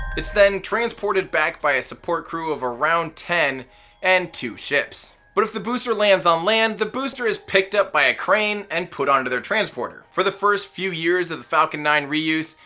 it's then transported back by a support crew of around ten and two ships. but if the booster lands on land, the booster is picked up by a crane and put onto their transporter. for the first few years of the falcon nine reuse,